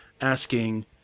asking